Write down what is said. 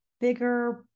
bigger